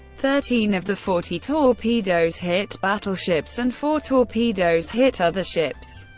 thirteen of the forty torpedoes hit battleships, and four torpedoes hit other ships.